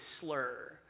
slur